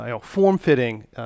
form-fitting